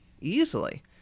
Easily